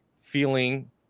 feeling